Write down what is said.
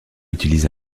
utilise